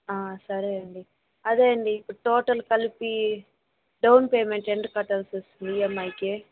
సరే అండి అదే అండి ఇప్పుడు టోటల్ కలిపి డౌన్ పేమెంట్ ఎంత కట్టాల్సి వస్తుంది ఈఎమ్ఐకి